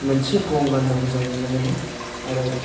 मोनसे गं गान्दाखौ जों नुनोे मोनो आरो